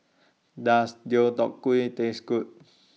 Does Deodeok Gui Taste Good